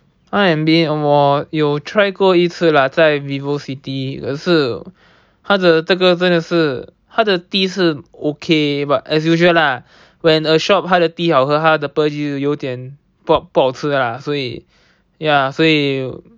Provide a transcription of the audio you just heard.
R&B 我有 try 过一次啦在 at Vivocity 可是它的这个真的是它的第一次 okay but as usual lah when a shop 它的 tea 好喝它的 pearl 就有一点不不不好吃啦所以 ya 所以